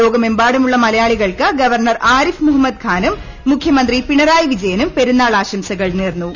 ലോകമെമ്പാടുമുള്ള മലയാളികൾക്ക് ഗവർണർ ആരിഫ്പ് മുഹമ്മദ് ഖാനും മുഖ്യമന്ത്രി പിണറായി പ്പിജയനും പെരുന്നാൾ ആശംസകൾ നേർന്നു